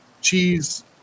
cheese